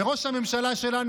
וראש הממשלה שלנו,